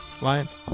Lions